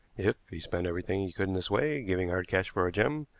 if he spent everything he could in this way, giving hard cash for a gem,